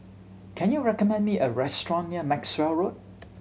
can you recommend me a restaurant near Maxwell Road